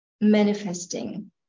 manifesting